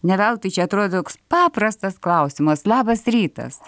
ne veltui čia atrodo toks paprastas klausimas labas rytas